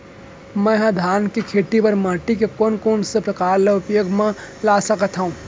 मै ह धान के खेती बर माटी के कोन कोन से प्रकार ला उपयोग मा ला सकत हव?